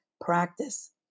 practice